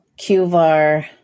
Qvar